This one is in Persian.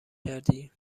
کردی